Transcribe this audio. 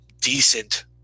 decent